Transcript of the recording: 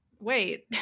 wait